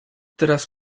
teraz